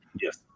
yes